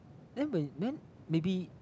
then when then maybe